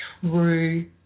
true